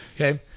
Okay